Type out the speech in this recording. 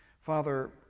Father